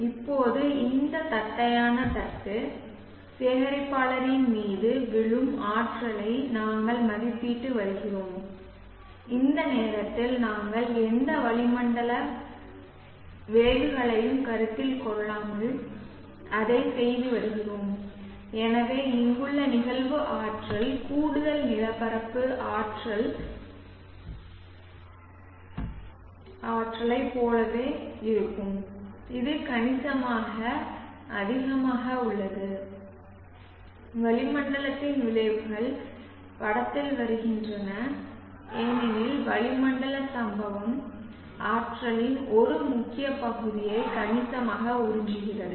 இப்போது இந்த தட்டையான தட்டு சேகரிப்பாளரின் மீது விழும் ஆற்றலை நாங்கள் மதிப்பிட்டு வருகிறோம் இந்த நேரத்தில் நாங்கள் எந்த வளிமண்டல விளைவுகளையும் கருத்தில் கொள்ளாமல் அதைச் செய்து வருகிறோம் எனவே இங்குள்ள நிகழ்வு ஆற்றல் கூடுதல் நிலப்பரப்பு ஆற்றலைப் போலவே இருக்கும் இது கணிசமாக அதிகமாக உள்ளது வளிமண்டலத்தின் விளைவுகள் படத்தில் வருகின்றன ஏனெனில் வளிமண்டலம் சம்பவ ஆற்றலின் ஒரு முக்கிய பகுதியை கணிசமாக உறிஞ்சுகிறது